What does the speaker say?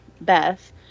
Beth